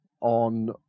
on